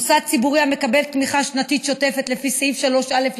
מוסד ציבורי המקבל תמיכה שנתית שוטפת לפי סעיף 3(א)